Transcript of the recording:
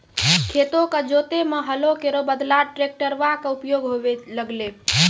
खेतो क जोतै म हलो केरो बदला ट्रेक्टरवा कॅ उपयोग होबे लगलै